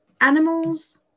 animals